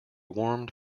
warmed